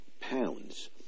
pounds